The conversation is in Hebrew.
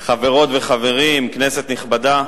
תודה רבה, חברות וחברים, כנסת נכבדה,